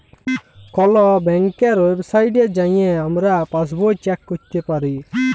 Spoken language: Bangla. কল ব্যাংকের ওয়েবসাইটে যাঁয়ে আমরা পাসবই চ্যাক ক্যইরতে পারি